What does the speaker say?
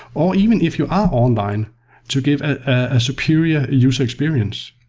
or even if you are online to give a superior user experience,